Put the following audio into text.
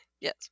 Yes